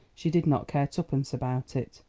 she did not care twopence about it.